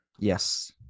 Yes